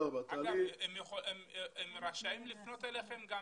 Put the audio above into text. סגן השר לבטחון הפנים דסטה גדי יברקן: הם רשאים לפנות אליכם גם